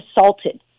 assaulted